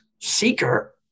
seeker